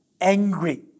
angry